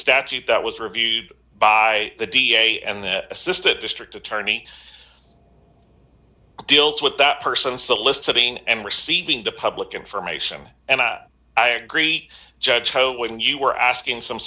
statute that was reviewed by the d a and the assistant district attorney deals with that person soliciting and receiving the public information and i agree judge joe when you were asking some